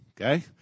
Okay